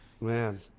Man